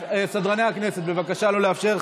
אז סדרני הכנסת, בבקשה לא לאפשר.